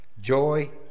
joy